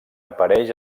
apareix